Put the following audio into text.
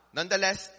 Nonetheless